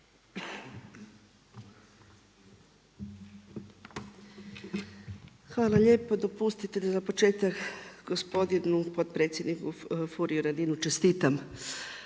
Hvala lijepo. Dopustite mi za početak gospodinu potpredsjedniku Furiju Radinu čestitam